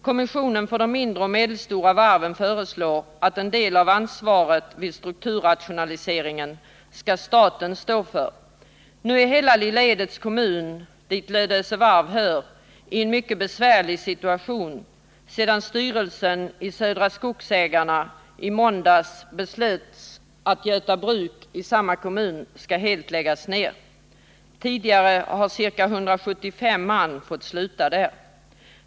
Kommissionen för de mindre och medelstora varven föreslår att staten skall stå för en del av ansvaret vid strukturrationaliseringen. Nu är hela Lilla Edets kommun, dit Lödöse Varf hör, i en mycket besvärlig situation, sedan styrelsen i Södra Skogsägarna i måndags beslöt att Göta bruk i samma kommun helt skall läggas ned. Tidigare har ca 175 man fått sluta där.